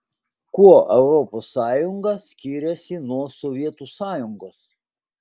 kuo europos sąjunga skiriasi nuo sovietų sąjungos